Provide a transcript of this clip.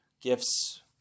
gifts